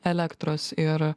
elektros ir